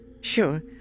Sure